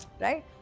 right